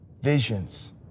visions